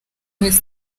wese